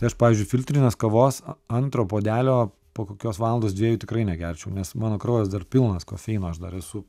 tai aš pavyzdžiui filtrinės kavos antro puodelio po kokios valandos dviejų tikrai negerčiau nes mano kraujas dar pilnas kofeino aš dar esu